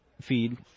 feed